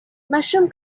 mushroom